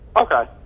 Okay